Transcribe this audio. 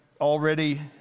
already